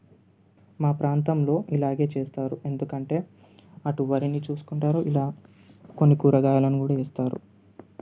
మా ప్రాంతంలో ఇలాగే చేస్తారు ఎందుకంటే అటు వరిని చూసుకుంటారు ఇలా కొన్ని కూరగాయలను కూడా వేస్తారు